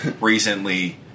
recently